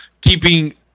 keeping